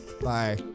Bye